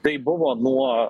tai buvo nuo